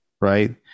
right